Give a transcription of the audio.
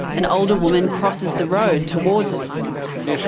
an older woman crosses the road towards us. this